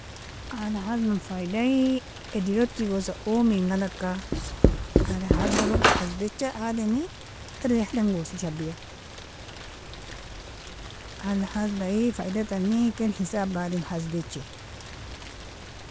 Ala hasaban faidaie, idelog tigosa awmngalagka ala hasabalog, hassbija adami iryahdangosi shabiaa ala hassabaie, faidatani ken hisaba adam hassbija.